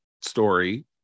story